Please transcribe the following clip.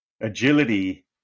agility